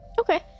Okay